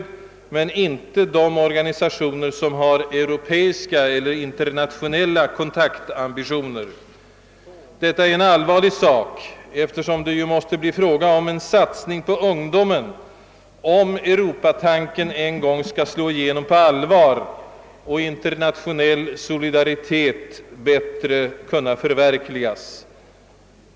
Så är alltså inte fallet med de organisationer, som har europeiska eller internationella kontaktambitioner. Detta är en allvarlig sak, eftersom det ju måste bli fråga om en satsning på ungdomen, om Europatanken en gång skall på allvar slå igenom och internationell solidaritet bättre förverkligas.